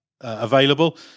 available